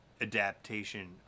adaptation